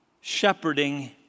shepherding